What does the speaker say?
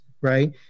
right